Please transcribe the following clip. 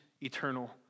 eternal